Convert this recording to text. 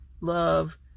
love